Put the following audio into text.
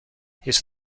his